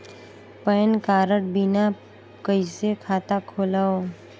Pan card बिना कइसे खाता खोलव?